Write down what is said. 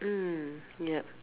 mm yup